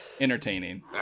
entertaining